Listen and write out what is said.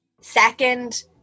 second